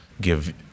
give